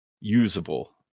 usable